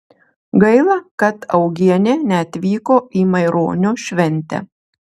gaila kad augienė neatvyko į maironio šventę